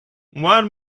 one